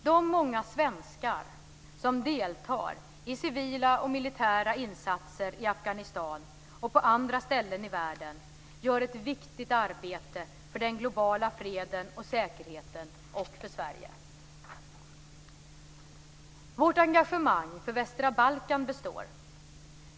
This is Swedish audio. De många svenskar som deltar i civila och militära insatser i Afghanistan, och på andra ställen i världen, gör ett viktigt arbete för den globala freden och säkerheten och för Sverige. Vårt engagemang för västra Balkan består.